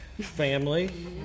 family